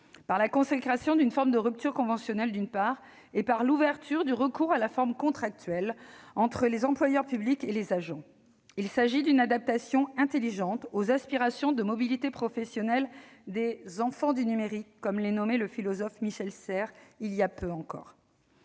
par la consécration d'une forme de rupture conventionnelle et par l'ouverture du recours à la forme contractuelle entre les employeurs publics et les agents. Il s'agit d'une adaptation intelligente aux aspirations de mobilité professionnelle des « enfants du numérique », comme les nommait le philosophe Michel Serres il y a peu encore.